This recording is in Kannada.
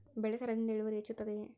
ಬೆಳೆ ಸರದಿಯಿಂದ ಇಳುವರಿ ಹೆಚ್ಚುತ್ತದೆಯೇ?